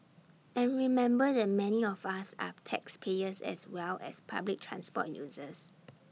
and remember that many of us are taxpayers as well as public transport users